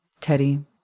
Teddy